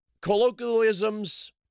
colloquialisms